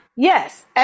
Yes